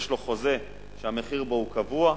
יש לו חוזה שהמחיר בו הוא קבוע.